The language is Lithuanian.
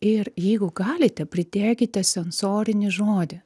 ir jeigu galite pridėkite sensorinį žodį